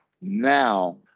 now